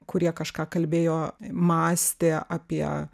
kurie kažką kalbėjo mąstė apie